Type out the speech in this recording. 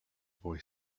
boy